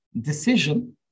decision